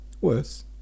Worse